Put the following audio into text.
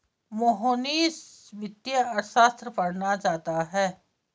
मोहनीश वित्तीय अर्थशास्त्र पढ़ना चाहता है